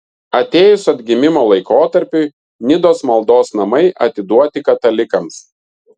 atėjus atgimimo laikotarpiui nidos maldos namai atiduoti katalikams